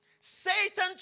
Satan